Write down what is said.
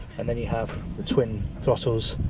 and then you have the twin throttles,